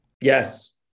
Yes